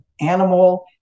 animal